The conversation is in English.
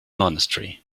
monastery